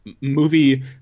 movie